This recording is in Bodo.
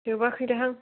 जोबाखै दाहां